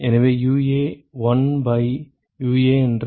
எனவே UA 1 by UA என்றால் என்ன